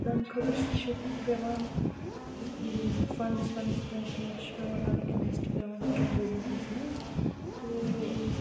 تَمہِ خٲطرٕ چھِ پٮ۪وان اۭں فَنڈٔس وَنڈٔس وٚنسہٕ ووٚنسہٕ چھِ پٮ۪وان لاگٔنۍ اِنوسٹ چھِ پٮ۪وان کَرٕنۍ بِزنِسس منٛز تہٕ